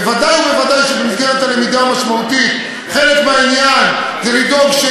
בוודאי ובוודאי שבמסגרת הלמידה המשמעותית חלק מהעניין זה לדאוג,